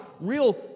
real